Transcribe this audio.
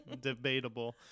Debatable